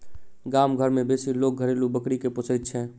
गाम घर मे बेसी लोक घरेलू बकरी के पोसैत छै